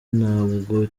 ntabwo